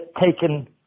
taken